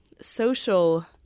social